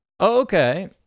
okay